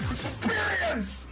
Experience